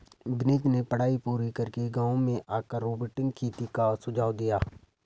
विनीत ने पढ़ाई पूरी करके गांव में आकर रोबोटिक खेती का सुझाव दिया